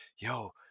yo